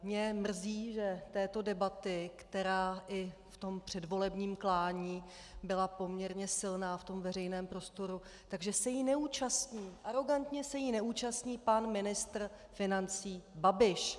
Mrzí mě, že této debaty, která i v tom předvolebním klání byla poměrně silná v tom veřejném prostoru, se neúčastní, arogantně se jí neúčastní pan ministr financí Babiš.